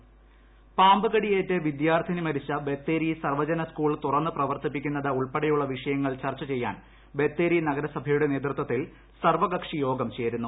ബത്തേരി സർവകക്ഷിയോഗം പാമ്പു കടിയേറ്റു വിദ്യാർത്ഥിനി മരിച്ച ബത്തേരി സർവജന സ്കൂൾ തുറന്ന് പ്രവർത്തിപ്പിക്കുന്നത് ഉൾപ്പെടെയുള്ള വിഷയങ്ങൾ ചർച്ച ചെയ്യാൻ ബത്തേരി നഗരസഭയുടെ നേതൃത്വത്തിൽ സർവകക്ഷിയോഗം ചേരുന്നു